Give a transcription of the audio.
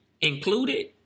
included